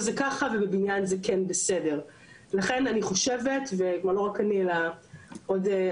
לכן אני חושבת ולא רק אני אלא עוד אנשים בתחומים שלי מצאנו,